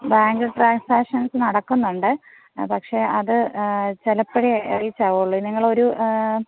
bank transactions നടക്കുന്നുണ്ട് പക്ഷേ അത് ചിലപ്പോഴെ റീച്ചാകുള്ളൂ നിങ്ങളൊരു